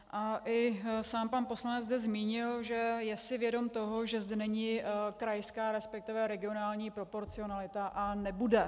I sám pan poslanec zde zmínil, že je si vědom toho, že zde není krajská, resp. regionální proporcionalita, a nebude.